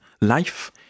life